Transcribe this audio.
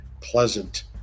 pleasant